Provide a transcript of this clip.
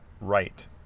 right